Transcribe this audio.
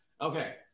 Okay